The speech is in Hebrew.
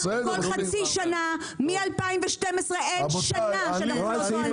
כל חצי שנה מ-2012 אין שנה שאנחנו לא טוענים את זה.